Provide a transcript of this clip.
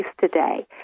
today